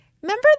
Remember